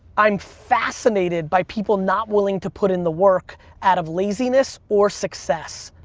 i'm fascinated by people not willing to put in the work out of laziness or success.